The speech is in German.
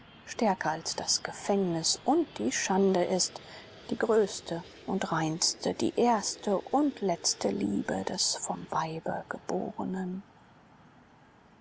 stärker als das gefängnis und die schande ist die größte und reinste die erste und letzte liebe des vom weibe geborenen